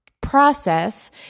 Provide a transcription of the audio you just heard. Process